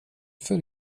för